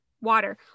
water